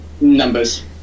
numbers